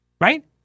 right